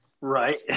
Right